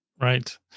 Right